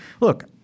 Look